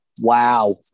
Wow